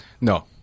No